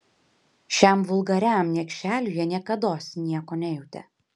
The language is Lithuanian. šiam vulgariam niekšeliui ji niekados nieko nejautė